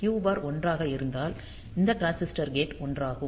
Q bar 1 ஆக இருந்தால் இந்த டிரான்சிஸ்டர் கேட் 1 ஆகும்